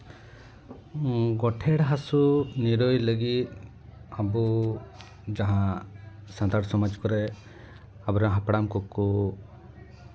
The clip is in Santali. ᱜᱚᱴᱷᱮᱲ ᱦᱟᱹᱥᱩ ᱱᱤᱨᱟᱹᱭ ᱞᱟᱹᱜᱤᱫ ᱟᱵᱚ ᱡᱟᱦᱟᱸ ᱥᱟᱱᱛᱟᱲ ᱥᱚᱢᱟᱡᱽ ᱠᱚᱨᱮᱜ ᱟᱵᱚ ᱨᱮᱱ ᱦᱟᱯᱲᱟᱢ ᱠᱚᱠᱚ